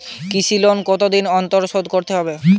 কৃষি লোন কতদিন অন্তর শোধ করতে হবে?